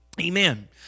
Amen